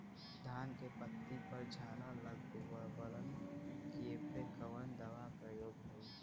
धान के पत्ती पर झाला लगववलन कियेपे कवन दवा प्रयोग होई?